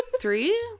three